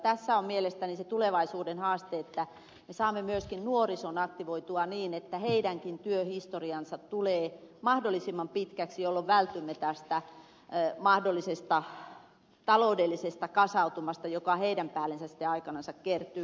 tässä on mielestäni se tulevaisuuden haaste että me saamme myöskin nuorison aktivoitua niin että heidänkin työhistoriansa tulee mahdollisimman pitkäksi jolloin vältymme tältä mahdolliselta taloudelliselta kasautumalta joka heidän päällensä sitten aikanansa kertyy